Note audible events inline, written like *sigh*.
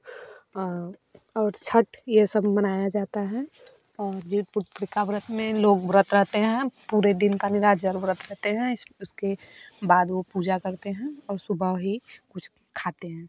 और छठ यह सब मनाया जाता है और जीवित्पुत्रिका का व्रत में लोग व्रत रहते हैं पूरे दिन का निर्जल व्रत *unintelligible* रहते हैं उसके बाद वे पूजा करते हैं और सुबह ही कुछ खाते हैं